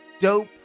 Dope